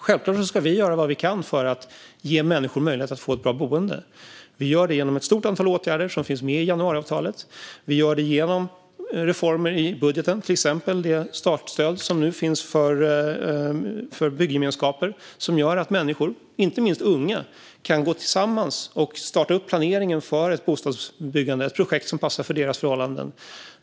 Självklart ska vi göra vad vi kan för att ge människor möjlighet att få ett bra boende. Vi gör det genom ett stort antal åtgärder som finns med i januariavtalet. Vi gör det genom reformer i budgeten, till exempel det startstöd som nu finns för byggemenskaper som gör att människor, inte minst unga, kan gå tillsammans och starta upp planeringen för ett bostadsbyggande - ett projekt som passar för deras förhållanden.